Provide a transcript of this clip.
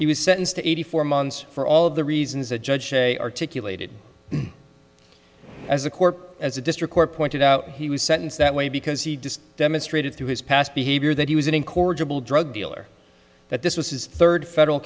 he was sentenced to eighty four months for all of the reasons the judge today articulated as the court as a district court pointed out he was sentenced that way because he just demonstrated through his past behavior that he was in cordial drug dealer that this was his third federal